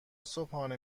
صبحانه